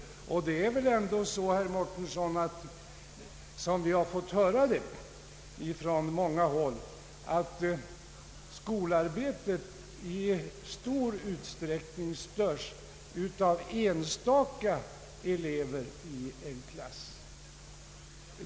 Som vi fått höra från många håll, herr Mårtensson, störs skolarbetet i stor utsträckning av enstaka elever i en klass.